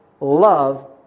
love